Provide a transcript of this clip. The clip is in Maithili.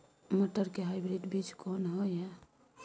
मटर के हाइब्रिड बीज कोन होय है?